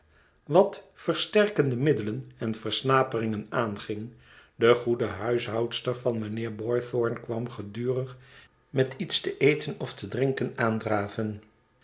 wat versterkende middelen en versnaperingen aanging de goede huishoudster van mijnheer boythorn kwam gedurig met iets te eten ofte drinken aandraven